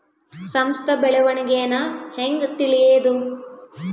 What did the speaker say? ಸಂಸ್ಥ ಬೆಳವಣಿಗೇನ ಹೆಂಗ್ ತಿಳ್ಯೇದು